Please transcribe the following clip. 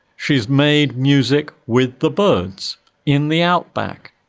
she's made music with the birds in the outback.